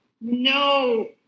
no